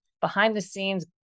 behind-the-scenes